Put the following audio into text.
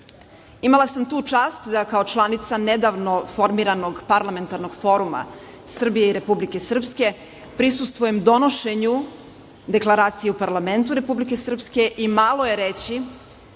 sam tu čast da kao članica nedavno formirano Parlamentarnog foruma Srbije i Republike Srpske prisustvujem donošenju Deklaracije u parlamentu Republike Srpske. Malo je reći